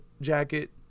jacket